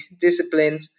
disciplined